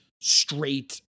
straight